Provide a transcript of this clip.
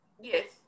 Yes